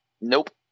nope